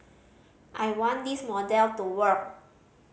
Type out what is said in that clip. I want this model to work